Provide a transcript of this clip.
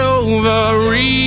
over